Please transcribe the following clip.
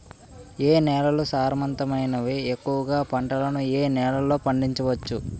ఏ నేలలు సారవంతమైనవి? ఎక్కువ గా పంటలను ఏ నేలల్లో పండించ వచ్చు?